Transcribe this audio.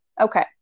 Okay